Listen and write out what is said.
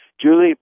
Julie